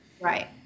Right